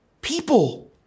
people